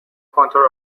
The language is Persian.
کنترل